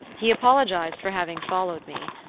he apologized for having followed me,